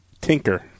Tinker